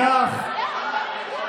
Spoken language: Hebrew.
אם כך,